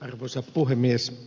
arvoisa puhemies